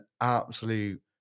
absolute